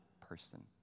person